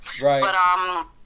right